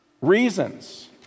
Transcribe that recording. Reasons